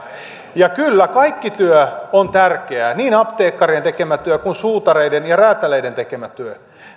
kyllä kaikki työ on tärkeää niin apteekkarien tekemä työ kuin suutareiden ja räätäleiden tekemä työ